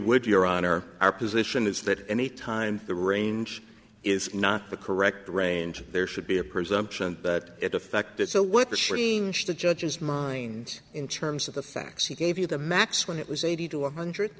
would your honor our position is that any time the range is not the correct range there should be a presumption that it affected so what the shooting of the judge's mind in terms of the facts he gave you the max when it was eighty to one hundred